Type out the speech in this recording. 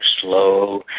slow